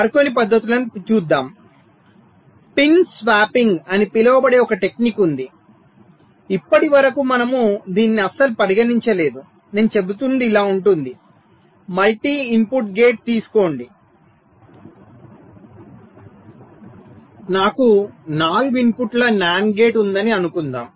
మరికొన్ని పద్ధతులను చూద్దాం పిన్ స్వాప్పింగ్ అని పిలువబడే ఒక టెక్నిక్ ఉంది ఇప్పటివరకు మనము దీనిని అస్సలు పరిగణించలేదు నేను చెబుతున్నది ఇలా ఉంటుంది మల్టీ ఇన్పుట్ గేట్ తీసుకోండి నాకు 4 ఇన్పుట్ ల NAND గేట్ ఉందని అనుకుందాం